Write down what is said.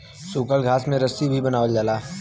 सूखल घास से रस्सी भी बनावल जाला